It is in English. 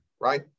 right